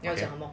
要讲什么